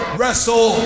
wrestle